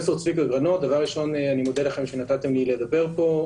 דבר ראשון, אני מודה לכם שנתתם לי לדבר פה.